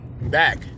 back